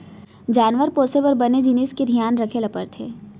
जानवर पोसे बर बने जिनिस के धियान रखे ल परथे